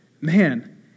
Man